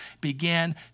began